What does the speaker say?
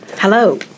Hello